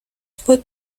fue